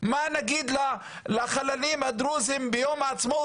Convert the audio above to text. מה נגיד לחללים הדרוזים ביום העצמאות,